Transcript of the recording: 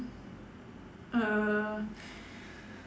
uh